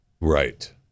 Right